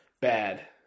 bad